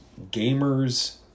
gamers